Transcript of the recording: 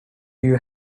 you